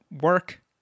work